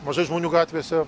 mažai žmonių gatvėse